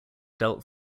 dealt